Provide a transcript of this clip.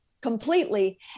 completely